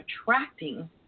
attracting